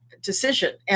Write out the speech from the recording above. decision